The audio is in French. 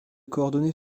coordonnées